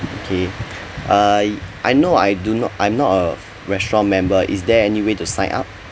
okay uh it I no I do not I'm not a restaurant member is there anyway to sign up